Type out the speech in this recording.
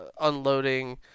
unloading